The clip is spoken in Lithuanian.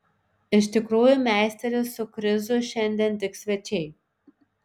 iš tikrųjų meisteris su krizu šiandien tik svečiai